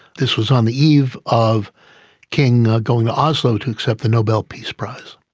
this was on the eve of king going to oslo to accept the nobel peace prize.